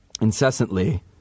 incessantly